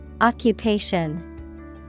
Occupation